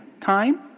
time